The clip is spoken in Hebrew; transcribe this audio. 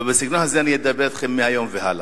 ובסגנון הזה אני אדבר אתכם מהיום והלאה.